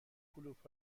کلوپ